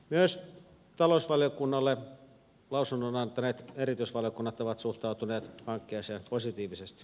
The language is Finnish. myös talousvaliokunnalle lausunnon antaneet erityisvaliokunnat ovat suhtautuneet hankkeeseen positiivisesti